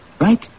Right